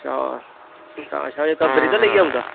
अच्छा तां अच्छा जेह्का ब्रीजा लेइयै औंदा